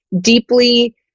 deeply